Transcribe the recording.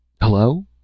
Hello